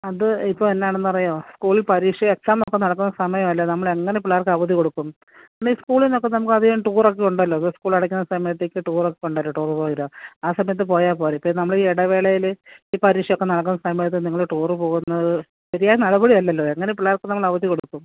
അത് ഇപ്പോൾ എന്നാണെന്ന് അറിയുമോ സ്കൂളിൽ പരീക്ഷയാണ് എക്സാം ഒക്കെ നടക്കുന്ന സമയമല്ലേ നമ്മൾ എങ്ങനെ പിള്ളേര്ക്ക് അവധി കൊടുക്കും മിസ്സ് സ്കൂളിൾ നിന്ന് ഒക്കെ നമുക്കധികം ടൂറ് ഒക്കെ ഉണ്ടല്ലോ ഇത് സ്കൂളടയ്ക്കുന്ന സമയത്തൊക്കെ ടൂറ് ഒക്കെ ഉണ്ടല്ലോ ടൂറ് പ്രോഗ്രാം ആ സമയത്ത് പോയാൽ പോരെ ഇപ്പോൾ നമ്മൾ ഈ ഇടവേളയിൽ ഈ പരീക്ഷയൊക്കെ നടക്കുന്ന സമയത്ത് നിങ്ങൾ ടൂറ് പോകുന്നത് ശരിയായ നടപടിയല്ലല്ലോ എങ്ങനെ പിള്ളേര്ക്ക് നമ്മൾ അവധി കൊടുക്കും